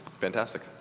Fantastic